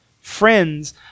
Friends